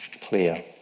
clear